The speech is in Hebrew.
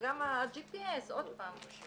גם ה- G.P.S עוד פעם.